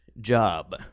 job